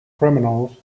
criminals